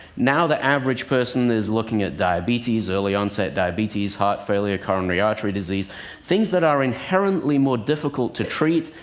now the average person is looking at diabetes, early-onset diabetes, heart failure, coronary artery disease things that are inherently more difficult to treat,